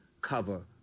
cover